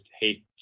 hate